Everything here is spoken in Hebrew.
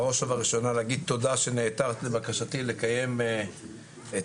בראש ובראשונה להגיד תודה שנעתרת לבקשתי לקיים את